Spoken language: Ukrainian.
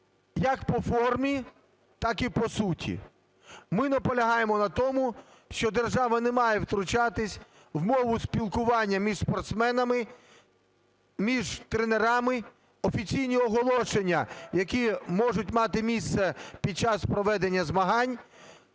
як по формі, так і по суті. Ми наполягаємо на тому, що держава не має втручатись в мову спілкування між спортсменами, між тренерами, офіційні оголошення, які можуть мати місце під час проведення змагань.